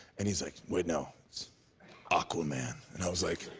and he's like, wait, no. it's aquaman. and i was like.